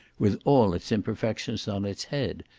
with all its imperfections on its head,